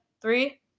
Three